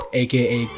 aka